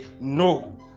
no